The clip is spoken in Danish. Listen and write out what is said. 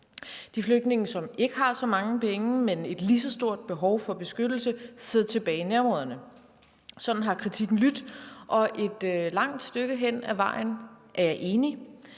De flygtninge, som ikke har så mange penge, men et lige så stort behov for beskyttelse, sidder tilbage i nærområderne. Sådan har kritikken lydt, og et langt stykke hen ad vejen er jeg enig.